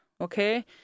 okay